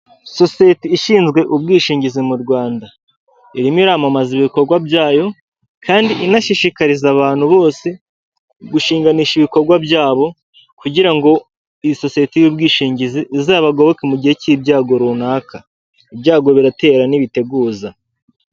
Sosiyete ishinzwe ubwishingizi mu Rwanda irimo iramamaza ibikorwa byayo kandi inashishikariza abantu bose gushinganisha ibikorwa byabo kugira ngo iyi sosiyete y'ubwishingizi izabagoboke mu gihe cy'ibyago runaka ibyago biratera n'ibiteguza.